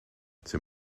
c’est